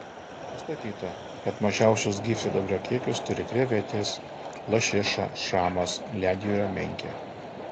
nustatyta kad mažiausius gyvsidabrio kiekius turi krevetės lašiša šamas ledjūrio menkė